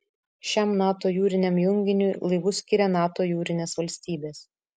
šiam nato jūriniam junginiui laivus skiria nato jūrinės valstybės